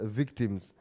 victims